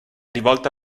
rivolta